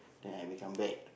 then I become bad